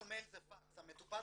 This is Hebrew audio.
איזה תשובות.